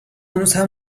هنوزم